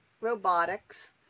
robotics